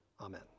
amen